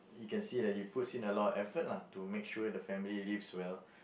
you can see like he puts in a lot of effort lah to make sure the family lives well